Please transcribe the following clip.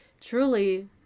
truly